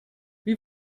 wie